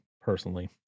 personally